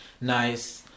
nice